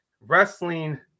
wrestling